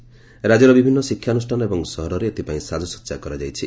ରାକ୍ୟର ବିଭିନ୍ ଶିକ୍ଷାନୁଷ୍ଠାନ ଏବଂ ସହରରେ ଏଥିପାଇଁ ସାକସଜା କରାଯାଇଛି